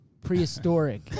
prehistoric